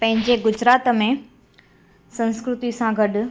पंहिंजे गुजरात में संस्कृति सां गॾु